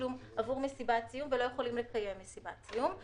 תשלום עבור מסיבת סיום ולא יכולים לקיים מסיבת סיום.